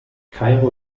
kairo